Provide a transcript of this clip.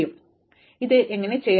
അതിനാൽ ഞങ്ങൾ ഇത് എങ്ങനെ ചെയ്യും